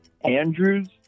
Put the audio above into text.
Andrews